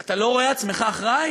אתה לא רואה את עצמך אחראי,